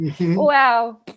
Wow